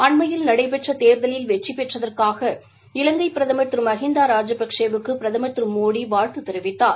அன்மையில் நடைபெற்ற தேர்தலில் வெற்றிபெற்றதற்காக இலங்கை பிரதமர் திரு மகிந்தா ராஜபக்ஷே வுக்கு பிரதமர் திரு மோடி வாழ்த்து தெரிவித்தார்